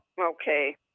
Okay